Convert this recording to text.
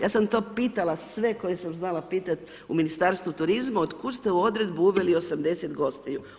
Ja sam to pitala sve koje sam znala pitat u Ministarstvu turizma, otkud ste u odredbu uveli 80 gostiju.